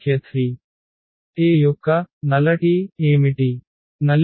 A యొక్క శూన్యత ఏమిటి